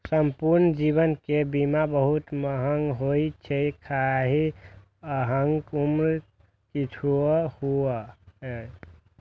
संपूर्ण जीवन के बीमा बहुत महग होइ छै, खाहे अहांक उम्र किछुओ हुअय